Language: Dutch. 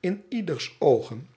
in ieders oogen